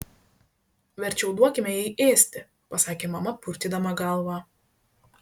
verčiau duokime jai ėsti pasakė mama purtydama galvą